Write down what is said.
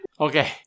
Okay